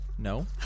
No